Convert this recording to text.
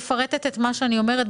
וחבל שכך, נלמד מזה.